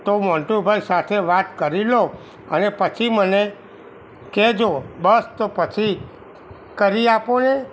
તો મોન્ટુભાઈ સાથે વાત કરી લો અને પછી મને કહેજો બસ તો પછી કરી આપો ને